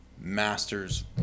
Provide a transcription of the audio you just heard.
masters